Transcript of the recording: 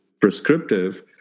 prescriptive